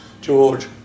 George